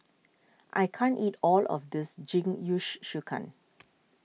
I can't eat all of this Jingisukan